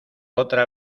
otra